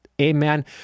amen